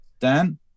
Dan